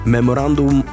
Memorandum